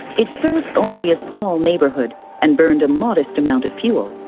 it served only a small neighbourhood and burned a modest amount of fuel.